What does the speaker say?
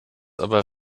aber